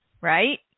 right